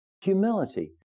Humility